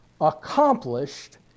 accomplished